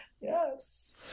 Yes